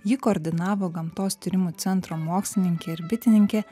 jį koordinavo gamtos tyrimų centro mokslininkė ir bitininkė